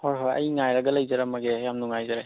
ꯍꯣꯏ ꯍꯣꯏ ꯑꯩ ꯉꯥꯏꯔꯒ ꯂꯩꯖꯔꯝꯃꯒꯦ ꯌꯥꯝ ꯅꯨꯡꯉꯥꯏꯖꯔꯦ